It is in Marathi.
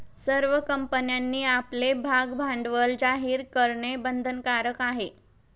सर्व कंपन्यांनी आपले भागभांडवल जाहीर करणे बंधनकारक आहे